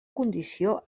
condició